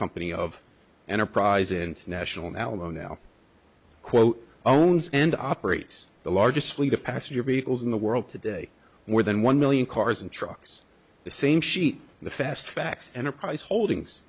company of enterprise international alamo now quote owns and operates the largest fleet of passenger vehicles in the world today more than one million cars and trucks the same sheet the fast facts enterprise holdings